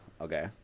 Okay